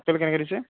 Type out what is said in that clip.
apple কেনেকৈ দিছে